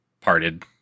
parted